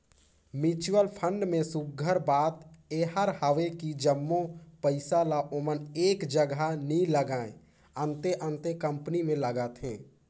mutual fund में सुग्घर बात एहर हवे कि जम्मो पइसा ल ओमन एक जगहा नी लगाएं, अन्ते अन्ते कंपनी में लगाथें